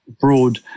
broad